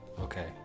okay